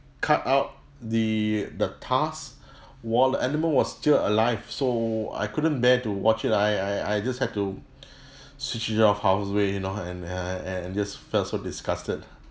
cut out the the tusk while the animal was still alive so I couldn't bear to watch it I I I just had to switch it off halfway you know and and and just felt so disgusted